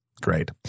great